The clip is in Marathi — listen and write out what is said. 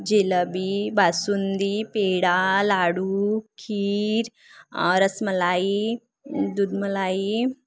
जिलेबी बासुंदी पेढा लाडू खीर रसमलाई दूधमलाई